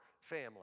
family